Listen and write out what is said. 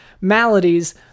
maladies